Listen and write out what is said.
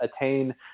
attain